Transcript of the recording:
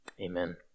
Amen